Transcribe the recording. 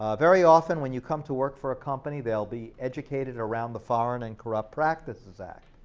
ah very often when you come to work for a company, they'll be educated around the foreign and corrupt practices act,